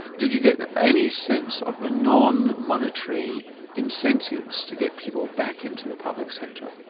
did you get any sense of the non-monetary incentives to get people back into the public sector?